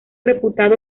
reputado